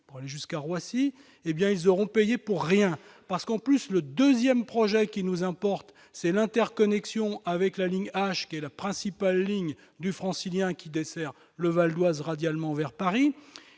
pour aller jusqu'à Roissy, ils auront payé pour rien ! Le deuxième projet qui nous importe, c'est l'interconnexion avec la ligne H- la principale ligne du Francilien, qui dessert le Val-d'Oise radialement vers Paris.